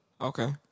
Okay